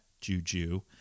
juju